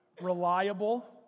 reliable